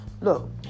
Look